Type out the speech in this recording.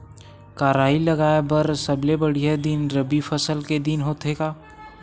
का राई लगाय बर सबले बढ़िया दिन रबी फसल के दिन होथे का?